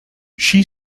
she